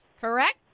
correct